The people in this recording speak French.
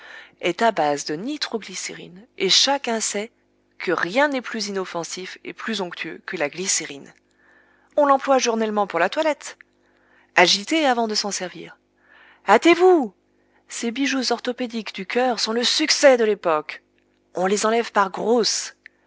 est à base de nitro glycérine et chacun sait que rien n'est plus inoffensif et plus onctueux que la glycérine on l'emploie journellement pour la toilette agiter avant de s'en servir hâtez-vous ces bijoux orthopédiques du cœur sont le succès de l'époque on les enlève par grosses